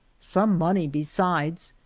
some money besides,